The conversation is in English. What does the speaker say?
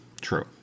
true